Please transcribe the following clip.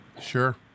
Sure